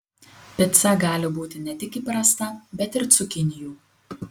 pica gali būti ne tik įprasta bet ir cukinijų